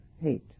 hate